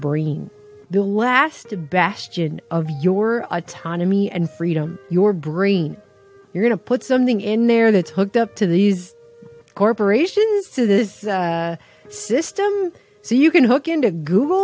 brain the last bastion of your autonomy and freedom your brain you're going to put something in there that's hooked up to these corporations so this system so you can hook into google